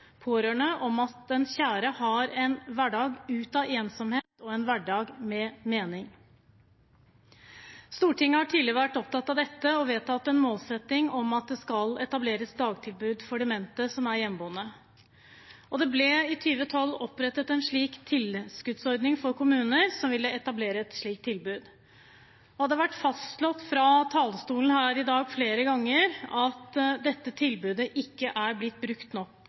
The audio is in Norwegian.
pårørende om at deres kjære har en hverdag ut av ensomhet og en hverdag med mening. Stortinget har tidligere vært opptatt av dette og vedtatt en målsetting om at det skal etableres dagtilbud for demente som er hjemmeboende, og det ble i 2012 opprettet en tilskuddsordning for kommuner som ville etablere et slikt tilbud. Det har vært fastslått fra talerstolen her i dag flere ganger at dette tilbudet ikke er blitt brukt nok.